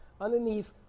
underneath